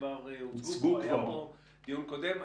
כבר הוצגו פה בדיון קודם.